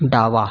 डावा